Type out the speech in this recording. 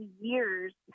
years